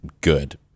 good